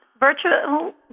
Virtual